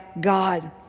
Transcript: God